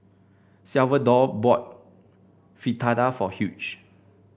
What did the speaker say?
Salvador bought Fritada for Hugh